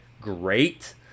great